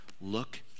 look